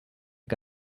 que